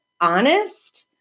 honest